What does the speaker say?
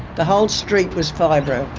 the whole street was fibro.